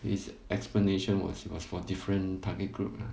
his explanation was it was for different target group lah